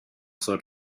sort